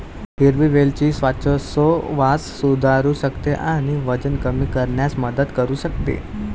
हिरवी वेलची श्वासोच्छवास सुधारू शकते आणि वजन कमी करण्यास मदत करू शकते